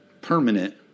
permanent